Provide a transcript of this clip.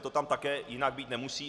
To tam také jinak být nemusí.